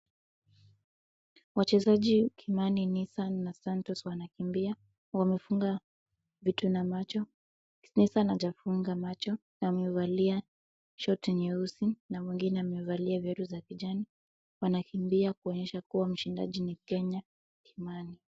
Wachezaji Kimani, Nissan na Santos wanakimbia. Wamefunga vitu na macho. Nissan hajafunga macho na wamevaa shati nyeusi na mwingine amevaa viatu za kijani. Wanakimbia kuonyesha kuwa mshindaji ni Kenya Kimani.